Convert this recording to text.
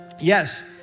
Yes